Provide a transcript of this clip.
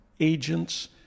agents